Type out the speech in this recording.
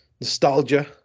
nostalgia